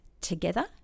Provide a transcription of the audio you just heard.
together